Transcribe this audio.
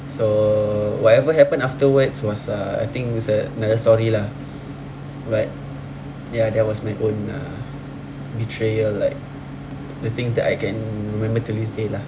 so whatever happened afterwards was uh I think it's uh another story lah but ya that was my own uh betrayal like the things that I can remember till this day lah